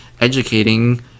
educating